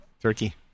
Turkey